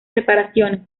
reparaciones